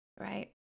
Right